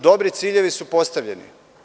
Dobri ciljevi su postavljeni.